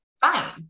fine